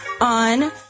on